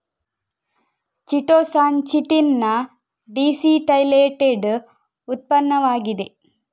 chitosan chitin ನ deacetylated ಉತ್ಪನ್ನವಾಗಿದೆ